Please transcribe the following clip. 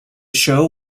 show